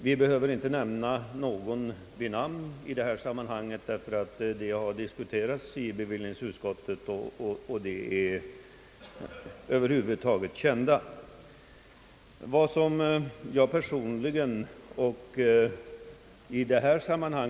Jag behöver inte nämna någon vid namn, men saken har diskuterats i bevillningsutskottet, och de personer som det är fråga om är kända.